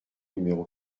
numéro